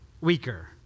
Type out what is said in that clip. weaker